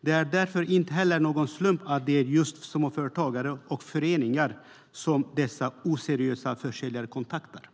Det är därför inte heller någon slump att det är just småföretagare och föreningar som dessa oseriösa försäljare kontaktar.